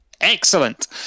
excellent